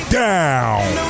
down